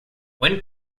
when